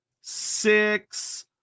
six